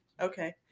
okay